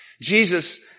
Jesus